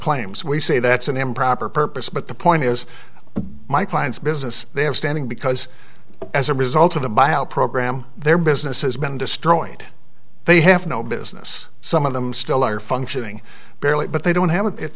claims we say that's an improper purpose but the point is my client's business they have standing because as a result of the buyout program their business has been destroyed they have no business some of them still are functioning barely but they don't have